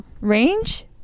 Range